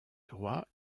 droit